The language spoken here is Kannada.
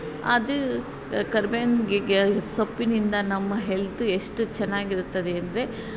ಅದು ಕರ್ಬೇವಿನ ಸೊಪ್ಪಿನಿಂದ ನಮ್ಮ ಹೆಲ್ತ್ ಎಷ್ಟು ಚೆನ್ನಾಗಿರ್ತದೆ ಎಂದರೆ